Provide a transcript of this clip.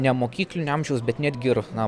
nemokyklinio amžiaus bet netgi ir na